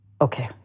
Okay